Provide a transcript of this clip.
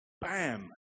bam